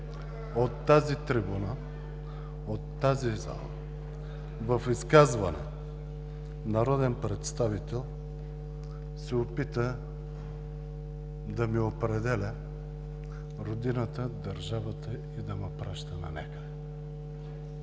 от тази трибуна в тази зала в изказване народен представител се опита да ми определя родината, държавата и да ме праща нанякъде.